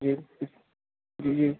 جی جی جی